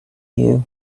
you